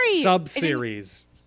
sub-series